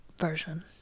version